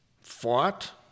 fought